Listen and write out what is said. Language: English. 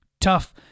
Tough